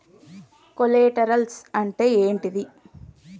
Collaterals అంటే ఏంటిది?